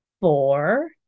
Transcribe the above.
four